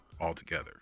altogether